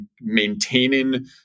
maintaining